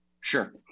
Sure